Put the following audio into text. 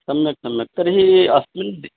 सम्यक् सम्यक् तर्हि अस्मिन् दि